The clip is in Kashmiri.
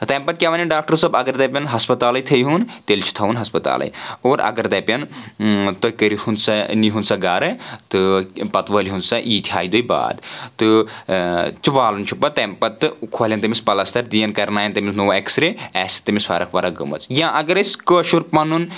تہٕ تَمہِ پتہٕ کیاہ وَنن ڈاکٹر صٲب اگر دپن ہسپتالٕے تھٲے وُن تیٚلہِ چھُ تھاوُن ہسپتالے اور اگر دپن تُہۍ کٔرِو ہُند سا نِہُن سا گرٕ تہٕ پتہٕ وٲلۍ ہُن سا ییٖتۍ ہاے دُہۍ باد تہٕ والُن چھُ پتہٕ تَمہِ پتہٕ کھۄلن تٔمِس پلستر دِیَن کرناون تٔمِس نوٚو ایٚکٕس رے آسہِ تٔمِس فَرق ورق گٔمٕژ یا اگر أسۍ کٲشُر پنُن